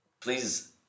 please